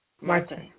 Martin